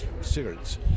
cigarettes